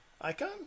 icon